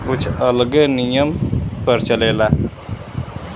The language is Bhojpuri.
कुछ अलगे नियम पर चलेला